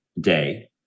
day